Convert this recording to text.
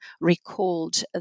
recalled